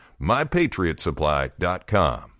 MyPatriotsupply.com